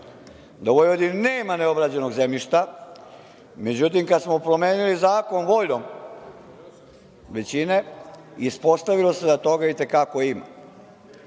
da u Vojvodini nema neobrađenog zemljišta, međutim kada smo promenili zakon voljom većine ispostavilo se da toga i te kako ima.